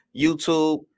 YouTube